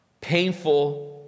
painful